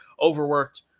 overworked